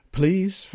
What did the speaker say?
please